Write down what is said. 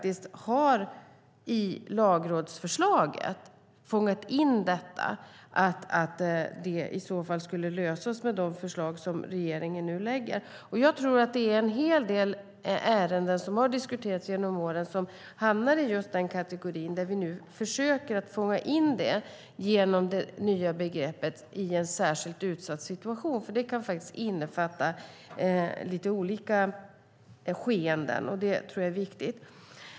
I lagrådsförslaget har man fångat in att detta skulle lösas med de förslag som regeringen nu lägger fram. Jag tror att det är en hel del ärenden som har diskuterats genom åren som hamnar i just den kategorin. Vi försöker nu fånga in detta genom det nya begreppet "i en särskilt utsatt situation", för det kan innefatta lite olika skeenden.